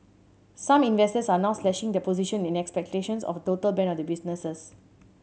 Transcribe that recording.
some investors are now slashing their position in expectations of a total ban of the businesses